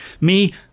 Me